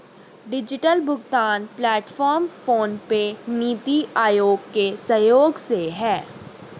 digital भुगतान platform PhonePe, NITI Aayog के सहयोग से है